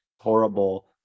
horrible